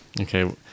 Okay